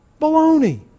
Baloney